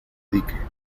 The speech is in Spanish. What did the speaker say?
dique